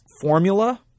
formula